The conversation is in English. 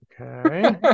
Okay